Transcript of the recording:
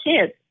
kids